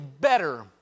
better